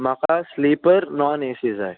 म्हाका sleeper non AC जाय